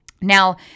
Now